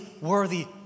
worthy